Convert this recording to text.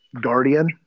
guardian